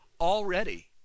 Already